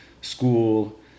school